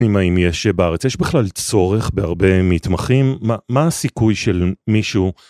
אם יש בארץ, יש בכלל צורך בהרבה מתמחים? מה, מה הסיכוי של מישהו